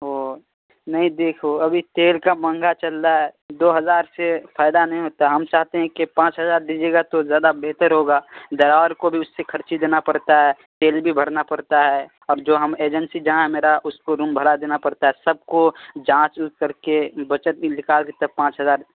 وہ نہیں دیکھو ابھی تیل کا مہنگا چل رہا ہے دو ہزار سے فائدہ نہیں ہوتا ہم چاہتے ہیں کہ پانچ ہزار دیجیے گا تو زیادہ بہتر ہوگا ڈرائیور کو بھی اس سے خرچ دینا پڑتا ہے تیل بھی بھرنا پڑتا ہے اب جو ہم ایجنسی جہاں ہے میرا اس کو روم بھاڑا دینا پڑتا ہے سب کو جانچ اونچ کر کے بچت بھی نکال کے تب پانچ ہزار